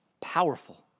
powerful